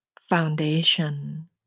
foundation